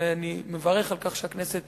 ואני מברך על כך שהכנסת